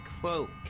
cloak